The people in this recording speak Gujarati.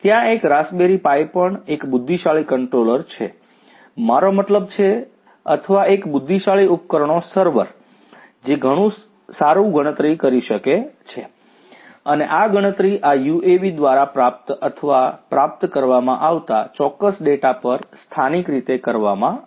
ત્યાં એક રાસબેરિ પાઇ પણ એક બુદ્ધિશાળી કન્ટ્રોલર છે મારો મતલબ છે અથવા એક બુદ્ધિશાળી ઉપકરણો સર્વર જે ઘણું ગણતરી કરી શકે છે અને આ ગણતરી આ યુએવી દ્વારા પ્રાપ્ત અથવા પ્રાપ્ત કરવામાં આવતા ચોક્કસ ડેટા પર સ્થાનિક રીતે કરવામાં આવશે